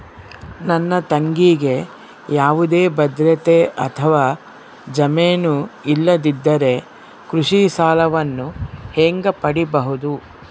ನನ್ನ ತಂಗಿಗೆ ಯಾವುದೇ ಭದ್ರತೆ ಅಥವಾ ಜಾಮೇನು ಇಲ್ಲದಿದ್ದರೆ ಕೃಷಿ ಸಾಲವನ್ನು ಹೆಂಗ ಪಡಿಬಹುದು?